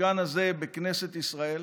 במשכן הזה, בכנסת ישראל,